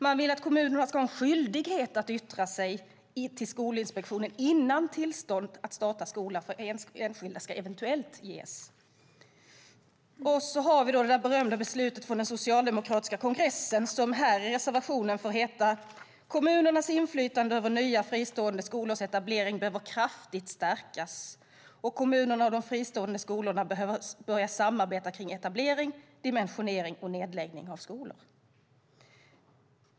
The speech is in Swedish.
Man vill att kommunerna ska ha en skyldighet att yttra sig till Skolinspektionen innan tillstånd för enskilda att starta skola eventuellt ges. Sedan har vi det berömda beslutet från den socialdemokratiska kongressen, vilket i reservationen får heta att "kommunernas inflytande över nya fristående skolors etablering behöver kraftigt stärkas och kommunerna och de fristående skolorna behöver börja samarbeta kring etablering, dimensionering och nedläggning av skolor".